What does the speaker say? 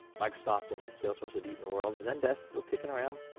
microsoft and salesforce have eaten the world zendesk's still kicking around.